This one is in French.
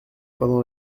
pendant